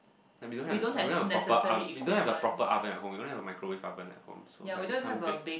like we don't have an oven we don't have a proper oven at home we only have a microwave oven at home so like we can't bake